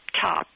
top